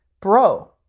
bro